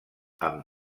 amb